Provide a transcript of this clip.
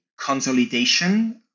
consolidation